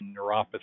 neuropathy